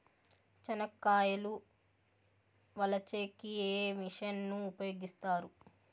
చెనక్కాయలు వలచే కి ఏ మిషన్ ను ఉపయోగిస్తారు?